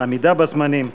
העמידה בזמנים.